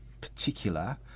particular